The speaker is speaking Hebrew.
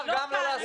לא כאן.